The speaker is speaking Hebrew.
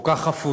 כל כך חפוזה,